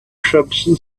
crimson